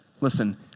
listen